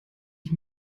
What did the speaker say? ich